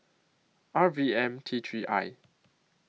R V M T three I